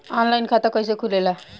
Online खाता कइसे खुलेला?